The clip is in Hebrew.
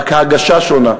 רק ההגשה שונה.